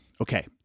Okay